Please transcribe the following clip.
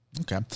okay